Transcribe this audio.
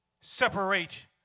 separate